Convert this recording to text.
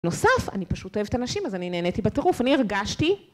נוסף, אני פשוט אוהבת אנשים, אז אני נהניתי בטרוף, אני הרגשתי...